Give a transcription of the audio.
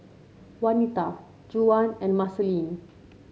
Wanita Juwan and Marceline